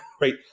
right